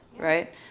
right